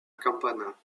campana